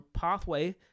pathway